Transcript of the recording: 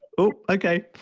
okay.